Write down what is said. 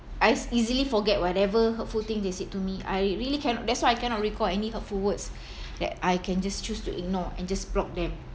I easily forget whatever hurtful thing they said to me I really can that's why cannot recall any hurtful words that I can just choose to ignore and just block them